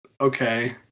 okay